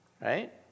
right